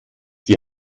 die